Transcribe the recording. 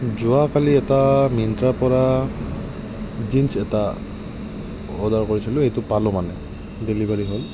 যোৱাকালি এটা মিণ্ট্ৰাৰ পৰা জিন্চ এটা অৰ্ডাৰ কৰি থ'লো সেইটো পালোঁ মানে ডেলিভাৰী হ'ল